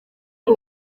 ari